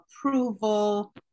approval